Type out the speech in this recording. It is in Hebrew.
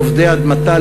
עובדי אדמתה,